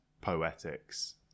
poetics